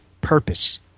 purpose